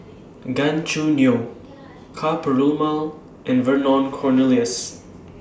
Gan Choo Neo Ka Perumal and Vernon Cornelius